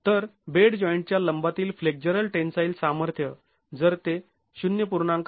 तर bed joint च्या लंबातील फ्लेक्झरल टेन्साईल सामर्थ्य जर ते ०